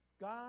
God